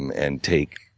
and take